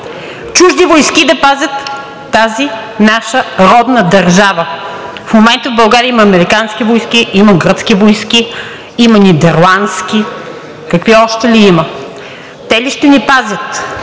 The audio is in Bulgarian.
чужди войски да пазят тази наша родна държава? В момента в България има американски войски, има гръцки войски, има нидерландски… Какви ли още има? Те ли ще ни пазят?